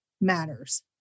matters